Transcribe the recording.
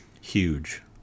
Huge